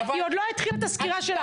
היא עוד לא התחילה את הסקירה שלה.